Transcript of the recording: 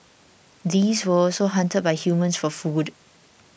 these were also hunted by humans for food